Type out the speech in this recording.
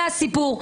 זה הסיפור.